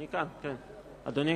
אדוני